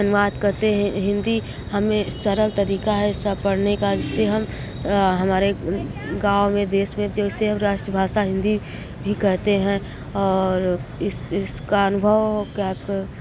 अनुवाद कहते है हिंदी हमें सरल तरीका है सब पढ़ने का जिससे हम हमारे गाँव में देश में जैसे हम राष्ट्रभाषा हिंदी भी कहते हैं और इस इसका अनुभव क्या क